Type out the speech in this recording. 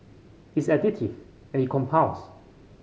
it's additive and it compounds